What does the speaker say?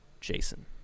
Jason